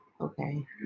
Okay